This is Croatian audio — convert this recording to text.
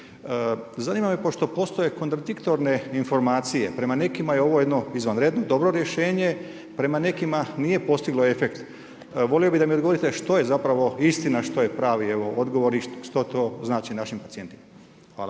Zanima me pošto postoje kontradiktorne informacije prema nekima je ovo jedno izvanredno, dobro rješenje, prema nekima nije postiglo efekt. Volio bih da mi odgovorite da što je zapravo istina, što je pravi evo odgovor i što to znači našim pacijentima. Hvala.